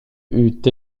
eut